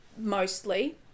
mostly